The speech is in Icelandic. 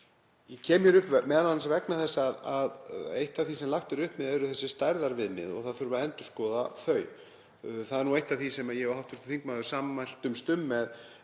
Ég kem hér upp m.a. vegna þess að eitt af því sem lagt er upp með eru þessi stærðarviðmið, það þurfi að endurskoða þau. Það er eitt af því sem ég og hv. þingmaður sammæltumst um með